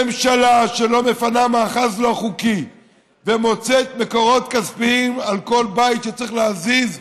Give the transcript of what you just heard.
ממשלה שלא מפנה מאחז לא חוקי ומוצאת מקורות כספיים לכל בית שצריך להזיז,